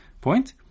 point